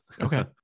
okay